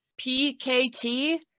PKT